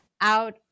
out